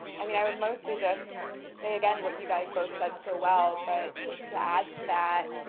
i mean, i would mostly just say again what you guys both said so well, but just to add to that.